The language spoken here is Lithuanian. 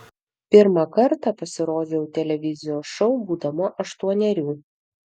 pirmą kartą pasirodžiau televizijos šou būdama aštuonerių